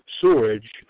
sewage